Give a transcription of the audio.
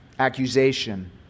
accusation